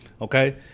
Okay